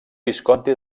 visconti